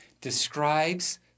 describes